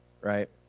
right